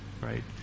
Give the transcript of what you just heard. right